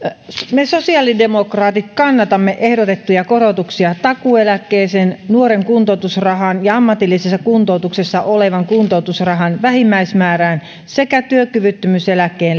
me sosiaalidemokraatit kannatamme ehdotettuja korotuksia takuueläkkeeseen ja nuoren kuntoutusrahan ja ammatillisessa kuntoutuksessa olevan kuntoutusrahan vähimmäismäärään sekä työkyvyttömyyseläkkeen